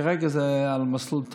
כרגע זה על מסלול טוב.